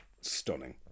Stunning